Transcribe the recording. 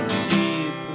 cheap